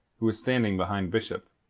who was standing behind bishop.